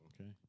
Okay